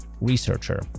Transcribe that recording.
Researcher